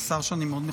שר שאני מאוד מכבד.